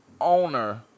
owner